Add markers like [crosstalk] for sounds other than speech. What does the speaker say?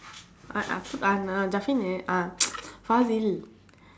uh uh [noise] Faasil